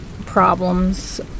problems